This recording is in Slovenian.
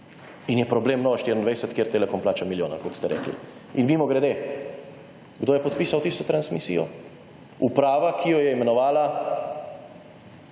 In je problem Nova24, kjer Telekom plača milijon ali koliko ste rekli? In mimogrede, kdo je podpisal tisto transmisijo? Uprava, ki jo je imenovala